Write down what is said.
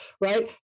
Right